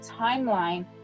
timeline